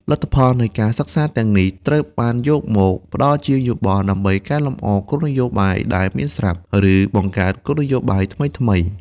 លទ្ធផលនៃការសិក្សាទាំងនេះ ត្រូវបានយកមកផ្តល់ជាយោបល់ដើម្បីកែលម្អគោលនយោបាយដែលមានស្រាប់ ឬបង្កើតគោលនយោបាយថ្មីៗ។